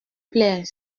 plaisent